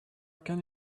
can